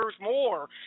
more